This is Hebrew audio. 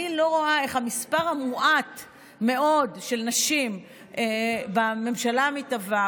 אני לא רואה איך המספר המאוד-מועט של נשים בממשלה המתהווה,